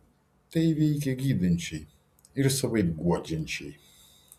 tai veikia gydančiai ir savaip guodžiančiai